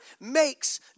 makes